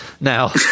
now